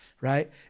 right